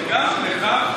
שעות?